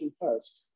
first